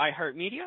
iHeartMedia